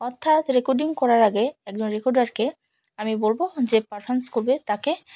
অর্থাৎ রেকর্ডিং করার আগে একজন রেকর্ডারকে আমি বলবো যে পারফমেন্স করবে তাকে